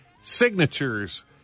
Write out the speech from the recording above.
signatures